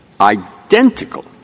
identical